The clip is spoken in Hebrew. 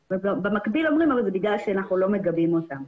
קריסת רשויות מקומיות ובמקביל אומרים שזה בגלל שאנחנו לא מגבים אותן.